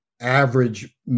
average